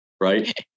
right